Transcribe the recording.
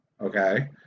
Okay